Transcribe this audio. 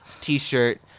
t-shirt